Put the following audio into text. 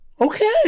okay